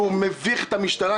ומביך את המשטרה.